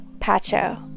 Pacho